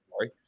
sorry